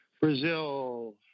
brazil